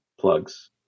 plugs